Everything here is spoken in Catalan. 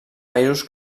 països